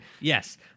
Yes